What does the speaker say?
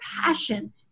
passion